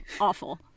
awful